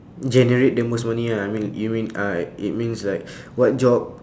generate the most money ya I mean even alright it means like what job